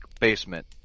basement